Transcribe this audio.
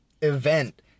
event